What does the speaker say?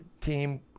team